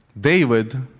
David